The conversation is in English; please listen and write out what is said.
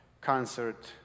concert